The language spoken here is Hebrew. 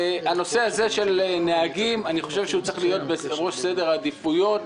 אני חושב שהנושא של הנהגים צריך להיות בראש סדר העדיפויות,